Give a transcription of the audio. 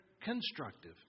constructive